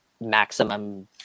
maximum